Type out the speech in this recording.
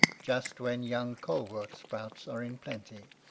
just when young colewortsprouts are in plenty,